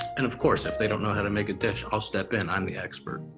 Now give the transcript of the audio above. and of course, if they don't know how to make a dish, i'll step in, i'm the expert.